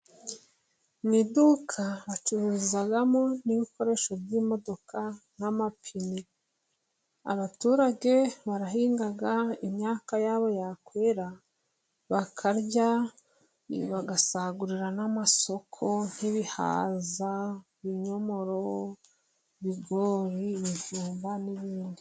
Mu iduka bacururizamo n'ibikoresho by'imodoka nk'amapine. Abaturage barahinga, imyaka yabo yakwera bakarya, bagasagurira n'amasoko nk'ibihaza, ibinyomoro, ibigori, ibijumba n'ibindi